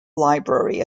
library